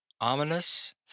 ominous